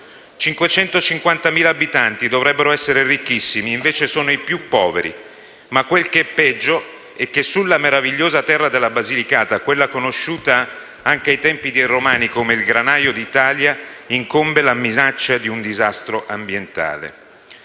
550.000 abitanti dovrebbero essere ricchissimi e invece sono i più poveri, ma quel che è peggio è che sulla meravigliosa terra della Basilicata, conosciuta anche ai tempi dei romani come il granaio d'Italia, incombe la minaccia di un disastro ambientale.